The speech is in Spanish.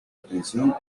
atención